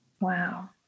Wow